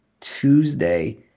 Tuesday –